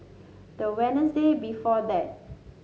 the Wednesday before that